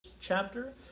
chapter